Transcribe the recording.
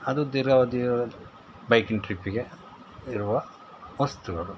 ಅದು ದೀರ್ಘಾವಧಿ ಬೈಕಿಂಗ್ ಟ್ರಿಪ್ಗೆ ಇರುವ ವಸ್ತುಗಳು